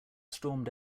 stormed